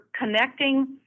connecting